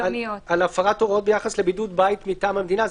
הפרת הוראות ביחס לבידוד בית מטעם המדינה.